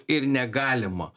ir negalima